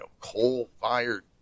coal-fired